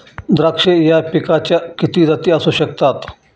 द्राक्ष या पिकाच्या किती जाती असू शकतात?